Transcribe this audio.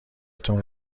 تون